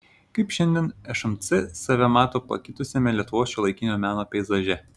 kaip šiandien šmc save mato pakitusiame lietuvos šiuolaikinio meno peizaže